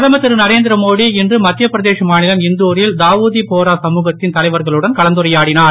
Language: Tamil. பிரதமர் திருதரேந்திர மோடி இன்று மத்தியப்பிரதேஷ் மாநிலம் இந்தூ ரில் தாவூதி போரா சமூகத்தின் தலைவர்களுடன் கலந்துரையாடினூர்